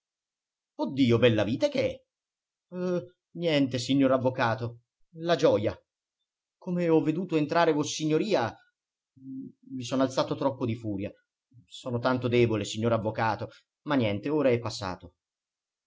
oh dio bellavita che è niente signor avvocato la gioja come ho veduto entrare ossignoria i sono alzato troppo di furia sono tanto debole signor avvocato ma niente ora è passato